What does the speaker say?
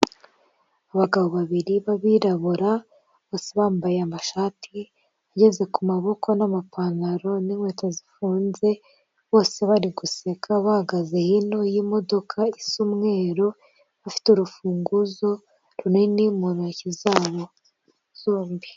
Abagabo babiri b'abirabura, bose bambaye amashati ageze ku maboko n'amapantaro, n'inkweto zifunze bose bari guseka, bahagaze hino y'imodoka isa umweru, bafite urufunguzo runini mu ntoki zabo zombi.